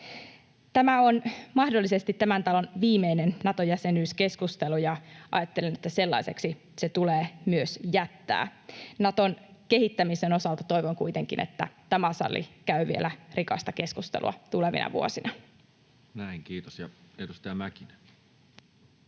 Tämä on mahdollisesti tämän talon viimeinen Nato-jäsenyyskeskustelu, ja ajattelin, että sellaiseksi se tulee myös jättää. Naton kehittämisen osalta toivon kuitenkin, että tämä sali käy vielä rikasta keskustelua tulevina vuosina. [Speech 109] Speaker: